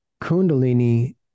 kundalini